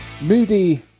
Moody